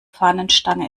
fahnenstange